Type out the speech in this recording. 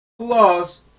plus